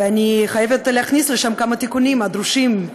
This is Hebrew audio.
ואני חייבת להכניס לשם כמה תיקונים דרושים,